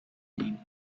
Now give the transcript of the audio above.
name